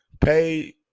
pay